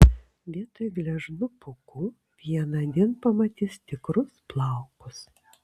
vietoj gležnų pūkų vienądien pamatys tikrus plaukus